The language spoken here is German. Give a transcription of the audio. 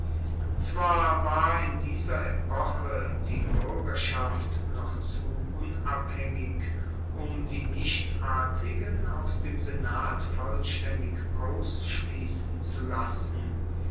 zwar war in dieser epoche die buergerschaft noch zu unabhaengig um die nichtadligen aus dem senat vollstaendig ausschliessen zu lassen